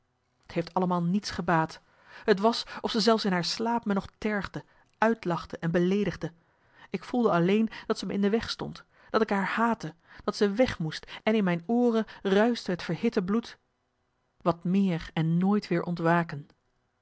t heeft allemaal niets gebaat t was of ze zelfs in haar slaap me nog tergde uitlachte en beleedigde ik voelde alleen dat ze me in de weg stond dat ik haar haatte dat ze weg moest en in mijn ooren ruischte het verhitte bloed wat meer en nooit weer ontwaken